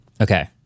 Okay